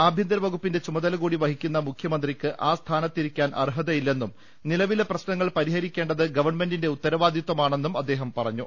ആഭ്യന്തര വകുപ്പിന്റെ ചുമതലകൂടി വഹിക്കുന്ന മുഖ്യമന്ത്രിയ്ക്ക് ആ സ്ഥാനത്തിരിക്കാൻ അർഹതയില്ലെന്നും നിലവിലെ പ്രശ്നങ്ങൾ പരിഹരിക്കേണ്ടത് ഗവൺമെന്റിന്റെ ഉത്തരവാദിത്വമാണെന്നും അദ്ദേഹം പറഞ്ഞു